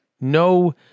no